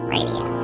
Radio